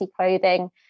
clothing